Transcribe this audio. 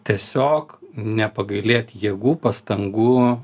tiesiog nepagailėt jėgų pastangų